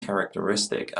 characteristic